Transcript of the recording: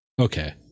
Okay